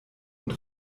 und